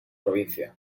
provincia